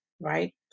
Right